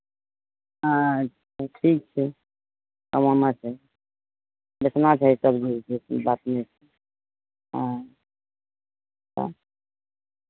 अच्छा ठीक छै कमाना छै बेचना छै सबजी कोइ ई बात नहि छै हँ ठीक